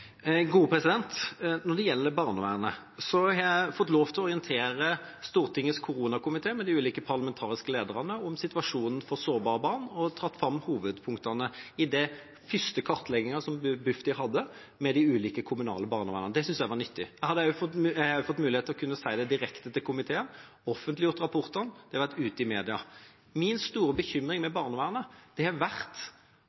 Når det gjelder barnevernet, har jeg fått lov til å orientere Stortingets koronakomité, med de ulike parlamentariske lederne, om situasjonen for sårbare barn og har tatt fram hovedpunktene i den første kartleggingen som Bufdir hadde med de ulike kommunale barnevern. Det synes jeg var nyttig. Jeg har også fått mulighet til å kunne si det direkte til komiteen, har offentliggjort rapportene, og det har vært ute i media. Min store bekymring